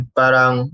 parang